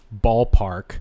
ballpark